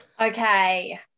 Okay